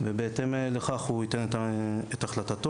ובהתאם לכך הוא ייתן את החלטתו.